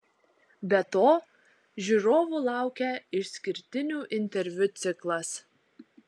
be to žiūrovų laukia išskirtinių interviu ciklas